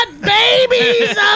babies